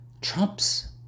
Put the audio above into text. Trump's